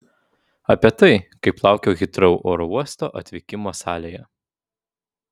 apie tai kaip laukiau hitrou oro uosto atvykimo salėje